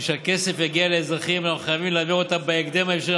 כדי שהכסף יגיע לאזרחים אנחנו חייבים להעביר אותה בהקדם האפשרי.